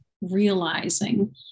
realizing